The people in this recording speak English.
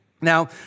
Now